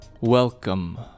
welcome